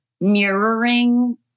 mirroring